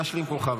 גש למקומך,